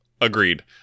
Agreed